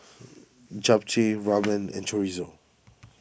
Japchae Ramen and Chorizo